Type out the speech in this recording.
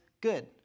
Good